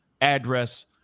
address